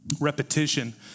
repetition